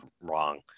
wrong